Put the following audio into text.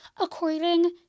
According